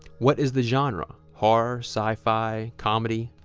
what is the genre horror sci-fi comedy?